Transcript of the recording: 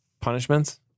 punishments